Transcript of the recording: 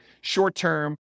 short-term